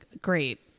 great